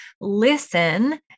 listen